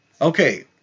Okay